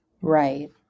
Right